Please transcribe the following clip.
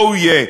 Oh yeah.